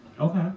Okay